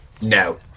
no